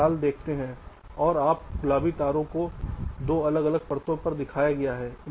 आप लाल देखते हैं और इस गुलाबी तारों को दो अलग अलग परतों पर दिखाया गया है